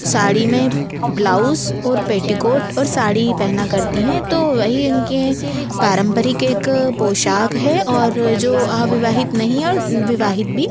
साड़ी में ब्लाउस और पेटीकोट और साड़ी ही पहना करती हैं तो वही उनके पारंपरिक एक पोशाक है और जो अविवाहित नहीं हैं और विवाहित भी